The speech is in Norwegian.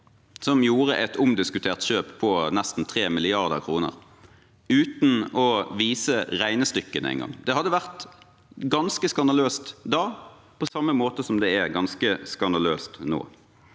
som gjorde et omdiskutert kjøpt på nesten 3 mrd. kr, uten å vise regnestykkene engang. Det hadde vært ganske skandaløst da, på samme måte som det er ganske skandaløst nå.